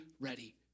ready